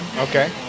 Okay